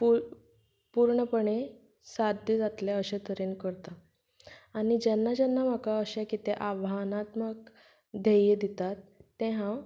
फूल पूर्णपणेंत साद्य जातलें अशें तरेन करता आनी जेन्ना जेन्ना म्हाका अशें कितें आव्हानात्मक धैर्य दितात तें हांव